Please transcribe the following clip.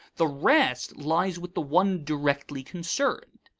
the rest lies with the one directly concerned.